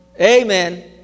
Amen